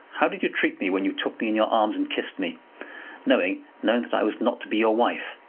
how did you treat me when you took me in your arms and kissed me knowing, knowing that i was not to be your wife?